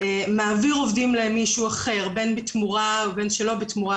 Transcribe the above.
מעביר עובדים למישהו אחר בין בתמורה ובין שלא בתמורה